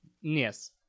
Yes